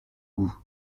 goût